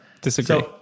Disagree